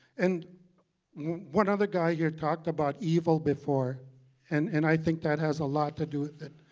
and one other guy here talked about evil before and and i think that has a lot to do with it,